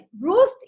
Ruth